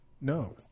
No